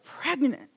pregnant